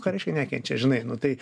ką reiškia nekenčia žinai nu tai